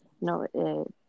no